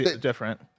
Different